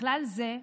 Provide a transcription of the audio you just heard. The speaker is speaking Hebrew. בכלל זה,